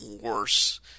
worse